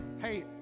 hey